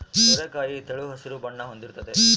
ಸೋರೆಕಾಯಿ ತೆಳು ಹಸಿರು ಬಣ್ಣ ಹೊಂದಿರ್ತತೆ